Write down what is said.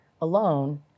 alone